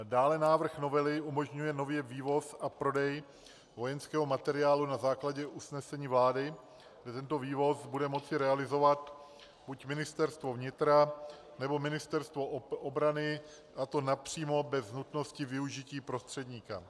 Dále návrh novely umožňuje nově vývoz a prodej vojenského materiálu na základě usnesení vlády, že tento vývoz bude moci realizovat buď Ministerstvo vnitra, nebo Ministerstvo obrany, a to napřímo, bez nutnosti využití prostředníka.